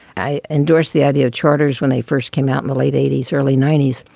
i endorsed the idea of charters when they first came out in the late eighty s, early ninety s,